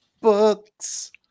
books